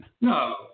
No